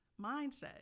mindset